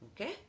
Okay